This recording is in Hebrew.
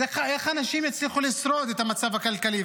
אז איך אנשים יצליחו לשרוד את המצב הכלכלי?